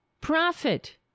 profit